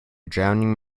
drowning